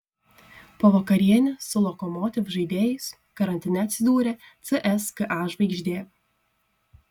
po vakarienės su lokomotiv žaidėjais karantine atsidūrė cska žvaigždė